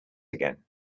again